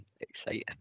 exciting